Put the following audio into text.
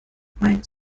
meint